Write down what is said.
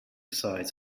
sides